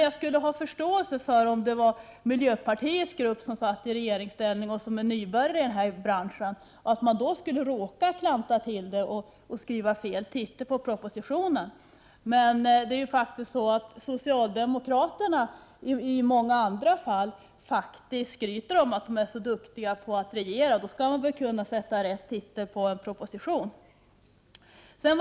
Jag skulle ha förståelse för detta om det var miljöpartiets grupp som var i regeringsställning, eftersom den är nybörjare i den här branschen och därför kunde råka skriva fel titel på propositionen. Socialdemokraterna skryter faktiskt i många andra sammanhang om att de är så duktiga på att regera. Då skall de väl kunna sätta rätt titel på en proposition.